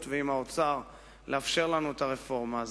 ועם האוצר לאפשר לנו את הרפורמה הזאת.